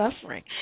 suffering